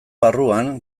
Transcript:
barruan